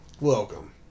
Welcome